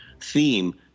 theme